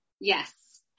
Yes